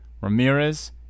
Ramirez